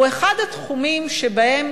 הוא אחד התחומים שבהם